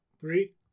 three